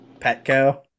Petco